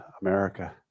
America